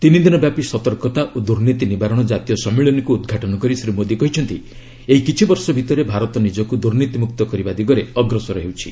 ତିନିଦିନ ବ୍ୟାପି ସତର୍କତା ଓ ଦୁର୍ନୀତି ନିବାରଣ ଜାତୀୟ ସମ୍ମିଳନୀକୁ ଉଦ୍ଘାଟନ କରି ଶ୍ରୀ ମୋଦୀ କହିଛନ୍ତି ଏଇ କିଛି ବର୍ଷ ଭିତରେ ଭାରତ ନିଜକୁ ଦୁର୍ନୀତି ମୁକ୍ତ କରିବା ଦିଗରେ ଅଗ୍ରସର ହେଉଛି